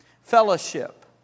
Fellowship